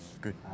Good